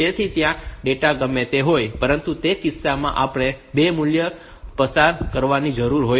તેથી ત્યાં ડેટા ગમે તે હોય પરંતુ તે કિસ્સામાં આપણે 2 મૂલ્યો પસાર કરવાની જરૂર હોય છે